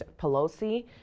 pelosi